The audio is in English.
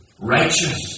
Righteous